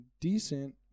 decent